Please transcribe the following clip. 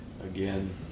Again